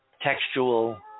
textual